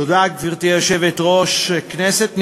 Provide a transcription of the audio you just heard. גברתי היושבת-ראש, תודה, כנסת נכבדה,